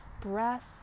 breath